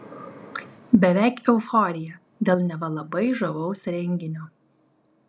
beveik euforija dėl neva labai žavaus renginio